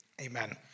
Amen